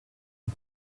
you